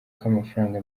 k’amafaranga